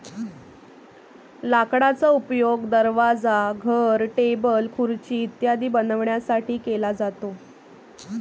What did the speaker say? लाकडाचा उपयोग दरवाजा, घर, टेबल, खुर्ची इत्यादी बनवण्यासाठी केला जातो